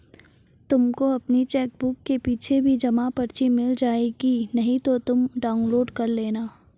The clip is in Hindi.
तुमको अपनी चेकबुक के पीछे भी जमा पर्ची मिल जाएगी नहीं तो तुम डाउनलोड कर लेना